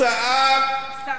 שרדתם.